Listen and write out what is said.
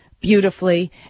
beautifully